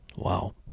Wow